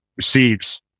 receives